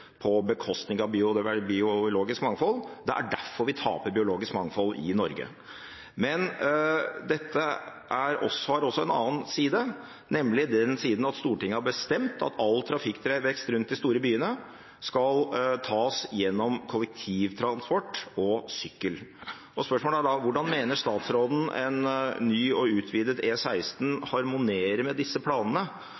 på bekostning av biologisk mangfold. Det er derfor vi taper biologisk mangfold i Norge. Men dette har også en annen side, nemlig at Stortinget har bestemt at all trafikkvekst rundt de store byene skal tas gjennom kollektivtransport og sykkel. Spørsmålet er da: Hvordan mener statsråden en ny og utvidet